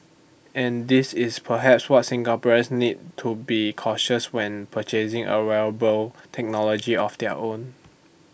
and this is perhaps what Singaporeans need to be cautious when purchasing A wearable technology of their own